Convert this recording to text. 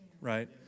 right